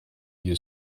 you